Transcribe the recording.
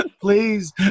Please